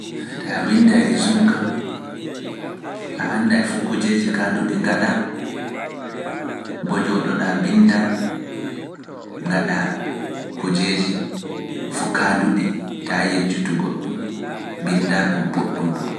Taa windai rizum kam, a anndai fu kujeji kaanduɗi ngaɗa, bo njooɗo ɗaa mbinnda, ngaɗa kujeji fuu kaanduɗi, taa yejjitu godɗum, mbinnda ɗum mboɗɗum mboɗɗum.